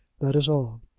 that is all.